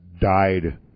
died